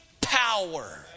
power